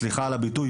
סליחה על הביטוי,